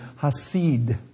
Hasid